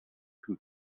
who